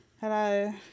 Hello